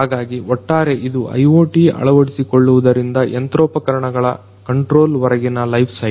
ಹಾಗಾಗಿ ಒಟ್ಟಾರೆ ಇದು IoT ಅಳವಡಿಸಿಕೊಳ್ಳುವುದರಿಂದ ಯಂತ್ರೋಪಕರಣಗಳ ಕಂಟ್ರೋಲ್ ವರೆಗಿನ ಲೈಫ್ ಸೈಕಲ್